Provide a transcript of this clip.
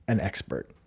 an expert,